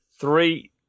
three